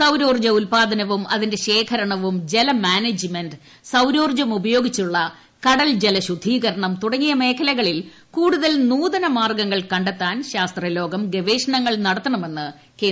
സൌരോർജ്ജ ഉത്പാദനവും അതിന്റെ ശേഖരണവും ജല മാനേജ്മെന്റ് സൌരോർജ്ജം ഉപയോഗിച്ചുള്ള കടൽ ജല ശുദ്ധീകരണം തുടങ്ങിയ മേഖലകളിൽ കൂടുതൽ നൂതന മാർഗ്ഗങ്ങൾ കണ്ടെത്താൻ ശാസ്ത്രലോകം ഗവേഷണങ്ങൾ നടത്തണമെന്ന് കേന്ദ്രമന്ത്രി പറഞ്ഞു